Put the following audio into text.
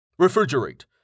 Refrigerate